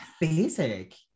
basic